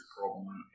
problem